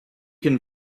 can